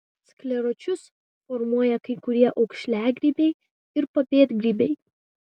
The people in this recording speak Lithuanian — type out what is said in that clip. skleročius formuoja kai kurie aukšliagrybiai ir papėdgrybiai